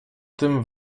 tym